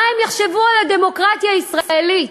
מה הם יחשבו על הדמוקרטיה הישראלית?